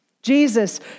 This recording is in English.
Jesus